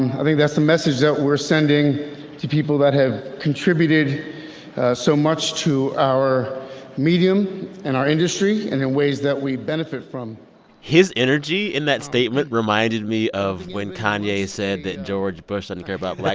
i think that's the message that we're sending to people that have contributed so much to our medium and our industry and in ways that we benefit from his energy in that statement reminded me of when kanye said that george bush doesn't care about like